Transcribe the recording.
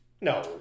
No